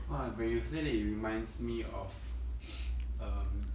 !wah! when you say that it reminds me of um